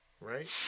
right